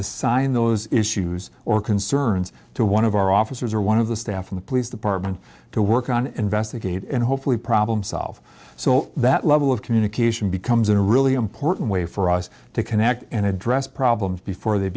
assign those issues or concerns to one of our officers or one of the staff from the police department to work on investigate and hopefully problem solve so that level of communication becomes a really important way for us to connect and address problems before they